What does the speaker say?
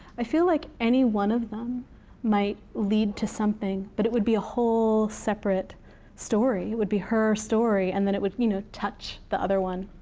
i feel like anyone of them might lead to something, but it would be a whole separate story. it would be her story, and then it would you know touch the other one.